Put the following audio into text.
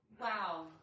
Wow